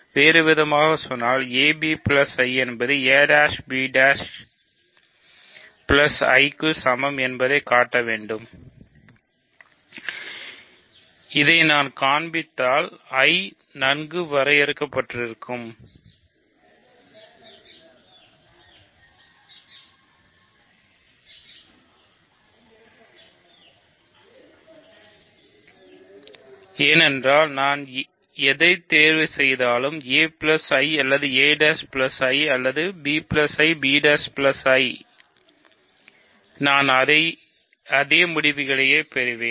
வேறுவிதமாகக் கூறினால் ab I என்பது a b I க்கு சமம் என்பதைக் காட்ட வேண்டும் இதை நான் காண்பித்தால் I நன்கு வரையறுக்கபட்டிருக்கும் ஏனென்றால் நான் எதை தேர்வு செய்தாலும் a I அல்லது a I அல்லது b I அல்லது b I நான் அதே முடிவுகளை பெறுவேன்